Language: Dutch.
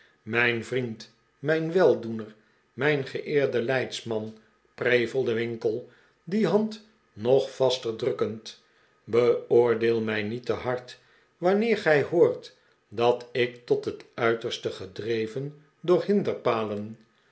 mijn vriend mijn weldoener mijn geeerde leidsman prevelde winkle die hand nog vaster drukkend beoordeel mij niet te hard wanneer gij hoort dat ik tot het uiterste gedreven